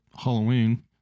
Halloween